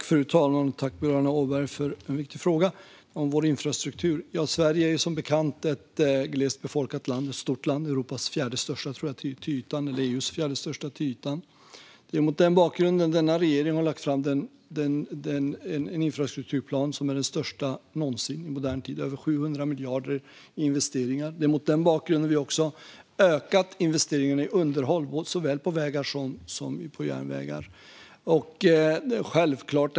Fru talman! Tack, Boriana Åberg, för en viktig fråga om vår infrastruktur! Sverige är som bekant ett glesbefolkat och stort land - EU:s fjärde största till ytan. Det är mot den bakgrunden denna regering har lagt fram en infrastrukturplan som är den största någonsin i modern tid med över 700 miljarder i investeringar. Det är också mot den bakgrunden vi har ökat investeringarna i underhåll såväl på vägar som på järnvägar.